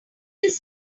just